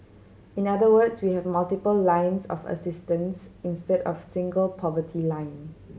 in other words we have multiple lines of assistance instead of single poverty line